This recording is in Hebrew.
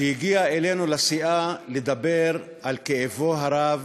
שהגיע אלינו לסיעה לדבר על כאבו הרב